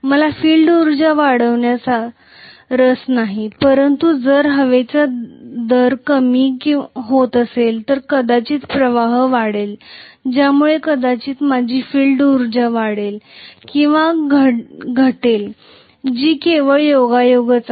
मला फील्ड उर्जा वाढविण्यात रस नाही परंतु जर हवेची दरी कमी होत असेल तर कदाचित प्रवाह वाढेल ज्यामुळे कदाचित माझी फील्ड उर्जा वाढेल किंवा घटेल जी केवळ योगायोगाची आहे